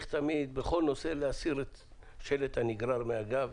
בכל נושא צריך להסיר את שלט הנגרר מהגב,